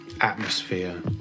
Atmosphere